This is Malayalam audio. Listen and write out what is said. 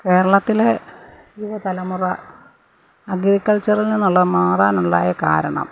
കേരളത്തിലെ യുവതലമുറ അഗ്രിക്കൾച്ചറിൽ നിന്നുള്ള മാറാനുണ്ടായ കാരണം